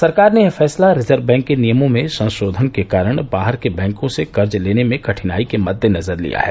सरकार ने यह फैसला रिजर्व बैंक के नियमों में संशोधन के कारण बाहर के बैंकों से कर्ज लेने में कठिनाई के मद्देनज़र लिया है